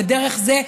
ודרך זה,